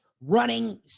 running